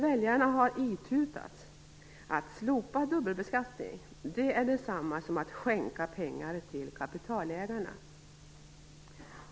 Väljarna har nämligen itutats att slopad dubbelbeskattning är detsamma som att skänka pengar till kapitalägarna.